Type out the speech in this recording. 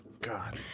God